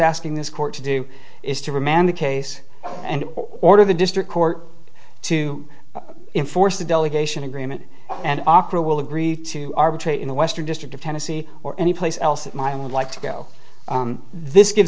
asking this court to do is to remand the case and order the district court to enforce the delegation agreement and opera will agree to arbitrate in the western district of tennessee or any place else that might i would like to go this gives